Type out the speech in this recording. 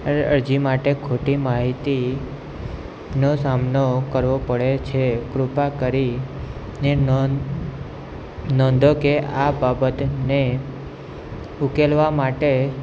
અરજી માટે ખોટી માહિતી નો સામનો કરવો પડે છે કૃપા કરી ને નોંધો કે આ બાબતને ઉકેલવાં માટે